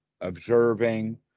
observing